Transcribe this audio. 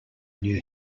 new